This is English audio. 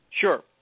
Sure